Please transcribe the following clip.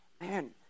man